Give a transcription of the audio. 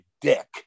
dick